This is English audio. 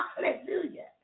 hallelujah